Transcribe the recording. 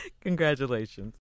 Congratulations